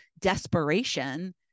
desperation